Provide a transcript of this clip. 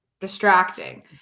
distracting